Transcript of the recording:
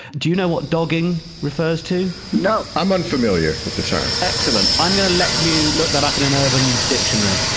do you know what dogging refers to? no, i'm not familiar with the term excellent. i'm going to let you look that up in an urban dictionary.